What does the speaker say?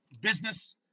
business